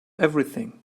everything